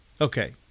Okay